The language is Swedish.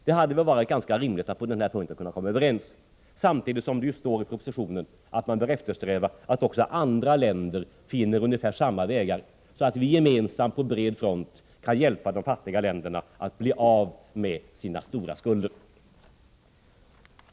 Det hade varit ganska rimligt att på den här punkten komma överens, samtidigt som det står i propositionen att man bör eftersträva att också andra länder finner ungefär samma vägar, så att vi gemensamt, på bred front kan hjälpa de fattiga länderna att bli av med sina stora skulder.